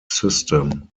system